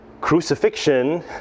crucifixion